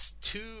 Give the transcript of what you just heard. two